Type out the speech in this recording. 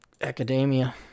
academia